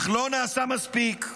אך לא נעשה מספיק.